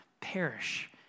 perish